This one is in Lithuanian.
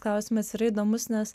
klausimas yra įdomus nes